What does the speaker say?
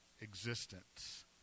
existence